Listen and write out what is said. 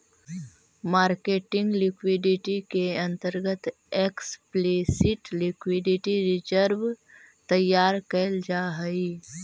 marketing liquidity के अंतर्गत explicit liquidity reserve तैयार कैल जा हई